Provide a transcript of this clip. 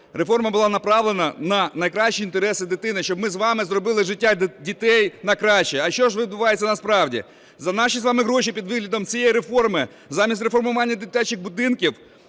Реформа була направлена на найкращі інтереси дитини, щоб ми з вами зробили життя дітей на краще. А що відбувається насправді? За наші з вами гроші під виглядом цієї реформи, замість реформування дитячих будинків,